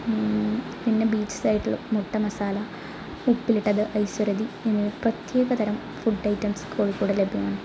പിന്നെ ബീച്ച് സൈഡില് മുട്ട മസാല ഉപ്പിലിട്ടത് ഐസിറക്കി ഇങ്ങനെ പ്രത്യേക തരം ഫുഡ് ഐറ്റംസ് കോഴിക്കോട് ലഭ്യമാണ്